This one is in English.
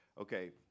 Okay